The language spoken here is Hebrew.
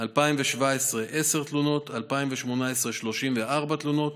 2017, עשר תלונות, 2018, 34 תלונות,